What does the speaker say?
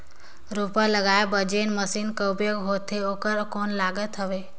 रोपा लगाय बर जोन मशीन कर उपयोग होथे ओकर कौन लागत हवय?